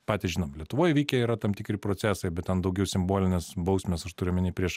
patys žinom lietuvoj vykę yra tam tikri procesai bet ten daugiau simbolinės bausmės aš turiu omeny prieš